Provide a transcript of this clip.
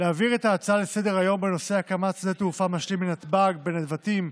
להעביר את ההצעה לסדר-היום בנושא: הקמת שדה תעופה משלים לנתב"ג בנבטים,